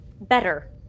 Better